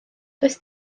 does